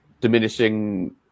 diminishing